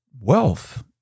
wealth